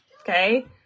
okay